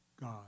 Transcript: God